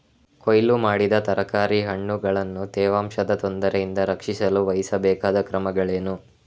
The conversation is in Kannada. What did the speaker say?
ಕೊಯ್ಲು ಮಾಡಿದ ತರಕಾರಿ ಹಣ್ಣುಗಳನ್ನು ತೇವಾಂಶದ ತೊಂದರೆಯಿಂದ ರಕ್ಷಿಸಲು ವಹಿಸಬೇಕಾದ ಕ್ರಮಗಳೇನು?